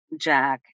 Jack